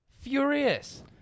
Furious